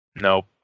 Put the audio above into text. Nope